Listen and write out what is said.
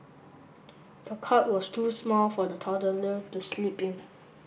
the cot was too small for the toddler to sleep in